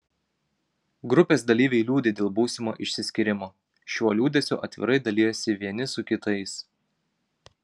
grupės dalyviai liūdi dėl būsimo išsiskyrimo šiuo liūdesiu atvirai dalijasi vieni su kitais